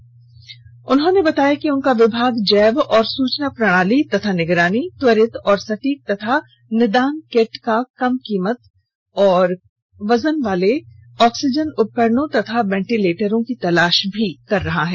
श्री शर्मा ने बताया है कि उनका विभाग जैव और सूचना प्रणाली और निगरानी त्वरित और सटीक और निदान किट तथा कम कीमत और वजन वाले ऑक्सीजन उपकरणो और वेंटिलेंटरो की तलाश भी कर रहा है